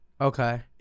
Okay